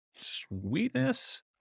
Sweetness